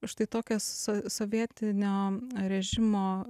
štai tokias sovietinio režimo